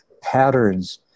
patterns